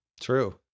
True